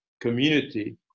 community